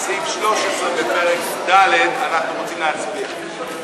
סעיף 13 בפרק ד' אנחנו רוצים להצביע.